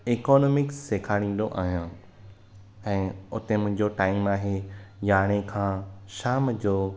economics सेखारींदो आहियां ऐं उते मुंहिंजो टाइम आहे यारहां खां शाम जो